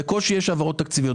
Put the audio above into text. בקושי יש העברות תקציביות.